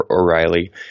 O'Reilly